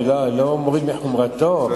אני לא מוריד מחומרתו.